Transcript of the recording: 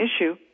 issue